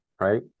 right